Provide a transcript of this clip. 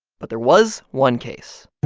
but there was one case.